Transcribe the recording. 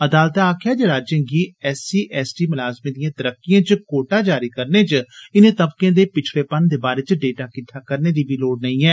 अदालतै आक्खेआ जे राज्यें गी एस सी एस टी मलाजमें दिए तरक्किए च कोटा जारी करने च इनें तबकें दे पिछड़ेपन दे बारै च डेटा किट्ठा करने दी बी लोड़ नेई ऐ